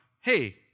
hey